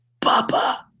Papa